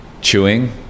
Chewing